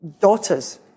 daughters